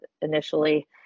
initially